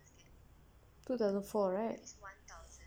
two thousand four right